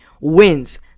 wins